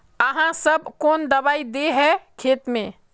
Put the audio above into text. आहाँ सब कौन दबाइ दे है खेत में?